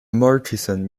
murchison